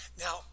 Now